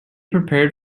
prepared